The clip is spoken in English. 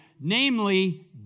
namely